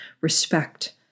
respect